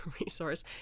resource